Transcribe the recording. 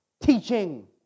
teaching